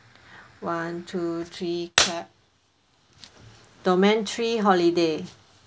one two three clap domain three holiday